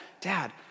Dad